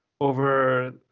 over